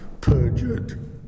perjured